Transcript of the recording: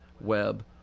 web